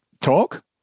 Talk